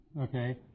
Okay